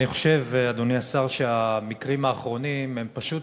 אני חושב, אדוני השר, שהמקרים האחרונים פשוט